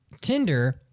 Tinder